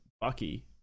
bucky